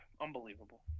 Unbelievable